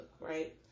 right